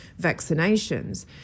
vaccinations